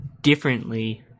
differently